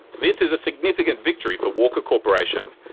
this is a significant victory for walker corporation.